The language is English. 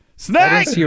Snake